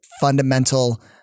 fundamental